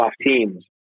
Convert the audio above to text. Teams